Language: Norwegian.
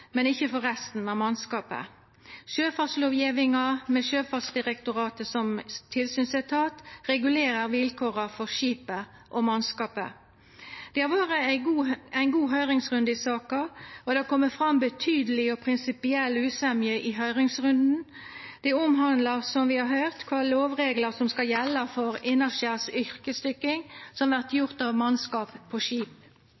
men ikkje for resten av mannskapet. Sjøfartslovgjevinga, med Sjøfartsdirektoratet som tilsynsetat, regulerer vilkåra for skipet og mannskapet. Det har vore ein god høyringsrunde i saka, og det har kome fram betydeleg og prinsipiell usemje i høyringsrunden. Det omhandlar, som vi har høyrt, kva lovreglar som skal gjelda for innanskjers yrkesdykking som vert